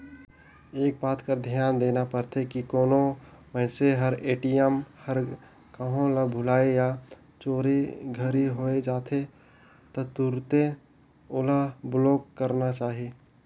एक बात कर धियान देना परथे की कोनो मइनसे हर ए.टी.एम हर कहों ल भूलाए या चोरी घरी होए जाथे त तुरते ओला ब्लॉक कराना चाही